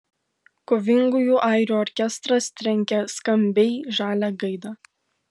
kovingųjų airių orkestras trenkia skambiai žalią gaidą